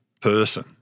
person